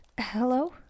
Hello